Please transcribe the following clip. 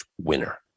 winner